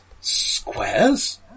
Squares